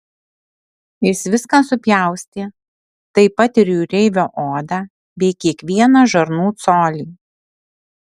jis viską supjaustė taip pat ir jūreivio odą bei kiekvieną žarnų colį